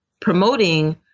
promoting